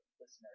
listeners